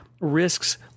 risks